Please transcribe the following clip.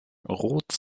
roth